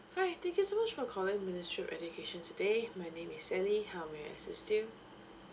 hi thank you so much for calling ministry of education today my name is sally how may I assist you